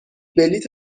بلیط